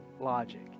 logic